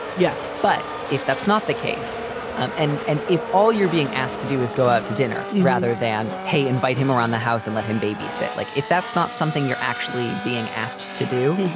yeah. but if that's not the case and and if all you're being asked to do is go out to dinner rather than, than, hey, invite him around the house and let him babysit. like if that's not something you're actually being asked to do.